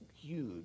huge